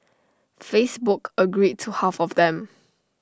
Facebook agreed to half of them